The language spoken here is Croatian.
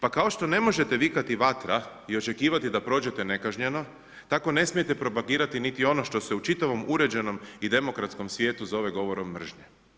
Pa kao što ne možete vikati vatra i očekivati da prođete nekažnjeno, tako ne smijete propagirati niti ono što se u čitavom uređenom i demokratskom svijetu govori govorom mržnje.